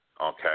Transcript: Okay